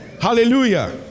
Hallelujah